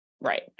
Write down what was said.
Right